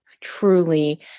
truly